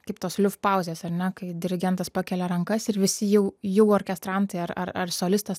kaip tos pauzės ar ne kai dirigentas pakelia rankas ir visi jau jau orkestrantai ar ar ar solistas